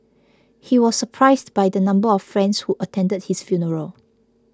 he was surprised by the number of friends who attended his funeral